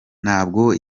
nabwo